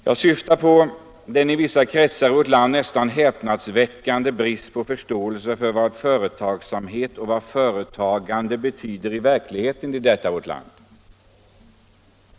Jag syftar på den i vissa kretsar i vårt land nästan häpnadsväckande bristen på förståelse för vad företagsamhet och företagande betyder i verkligheten i vårt land.